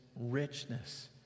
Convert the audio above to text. richness